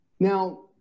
Now